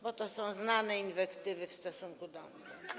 bo to są znane inwektywy w stosunku do mnie.